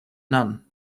none